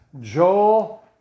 Joel